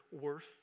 worth